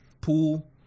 pool